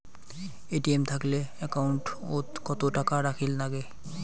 ATM থাকিলে account ওত কত টাকা রাখীর নাগে?